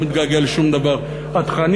אני לא מתגעגע לשום דבר התכנים